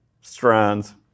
strands